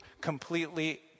completely